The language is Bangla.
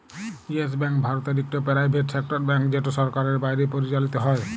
ইয়েস ব্যাংক ভারতের ইকট পেরাইভেট সেক্টর ব্যাংক যেট সরকারের বাইরে পরিচালিত হ্যয়